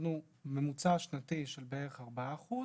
אמרנו ממוצע שנתי של בערך ארבעה אחוזים,